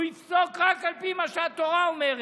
הוא יפסוק רק על פי מה שהתורה אומרת,